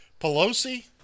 Pelosi